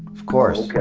of course.